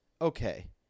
okay